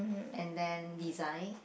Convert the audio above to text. and then design